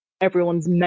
everyone's